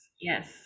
yes